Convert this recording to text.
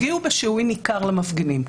הגיעו בשיהוי ניכר למפגינים,